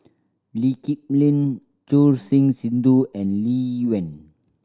Lee Kip Lin Choor Singh Sidhu and Lee Wen